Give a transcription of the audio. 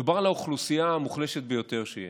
מדובר על האוכלוסייה המוחלשת ביותר שיש,